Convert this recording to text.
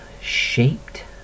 shaped